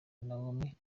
naomi